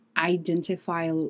identify